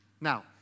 Now